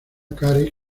carey